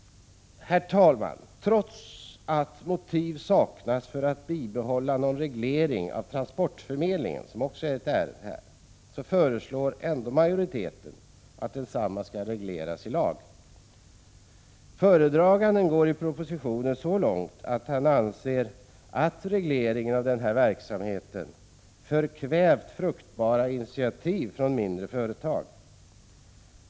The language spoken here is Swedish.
Herr talman! Trots att motiv saknas för att bibehålla någon reglering av transportförmedlingen, som också behandlas i betänkandet, föreslår majoriteten att densamma skall regleras i lag. I propositionen går föredraganden så långt att han uttalar uppfattningen att regleringen av denna verksamhet förkvävt fruktbara initiativ från mindre företag.